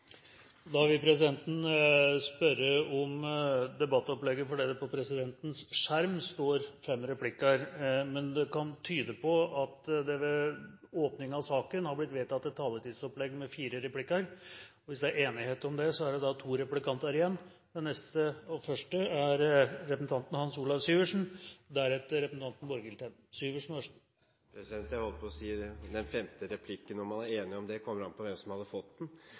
Da vil presidenten få klarhet i debattopplegget, for på presidentens skjerm står det fem replikker, men det kan tyde på at det har blitt vedtatt et taletidsopplegg med fire replikker, og hvis det er enighet om det, er det da to replikanter igjen – først representanten Hans Olav Syversen. Om man er enig om den femte replikken, kommer an på hvem som hadde fått den!